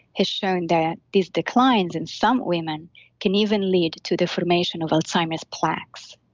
has sown that these declines in some women can even lead to the formation of alzheimer's plaques.